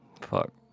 Fuck